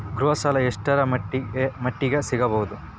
ಗೃಹ ಸಾಲ ಎಷ್ಟರ ಮಟ್ಟಿಗ ಸಿಗಬಹುದು?